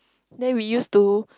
then we used to